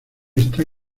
está